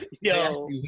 yo